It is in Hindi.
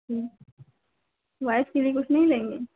ठीक वाइफ के लिए कुछ नहीं लेंगे